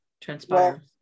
transpire